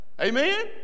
Amen